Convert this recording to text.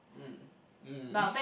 um um